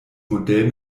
modell